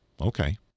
okay